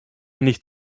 nicht